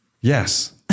Yes